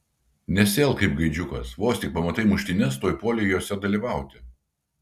nesielk kaip gaidžiukas vos tik pamatai muštynes tuoj puoli jose dalyvauti